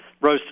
rose